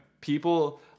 people